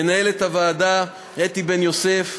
מנהלת הוועדה אתי בן-יוסף,